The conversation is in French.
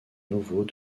nouveau